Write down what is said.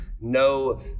no